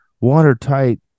watertight